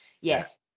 yes